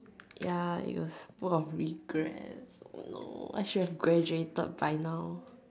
ya it was full of regret oh no I should have graduated by now